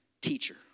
teacher